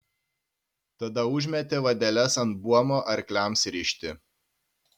tada užmetė vadeles ant buomo arkliams rišti